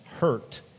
hurt